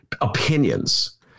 opinions